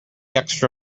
extra